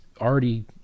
already